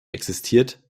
existiert